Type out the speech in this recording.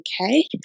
Okay